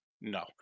No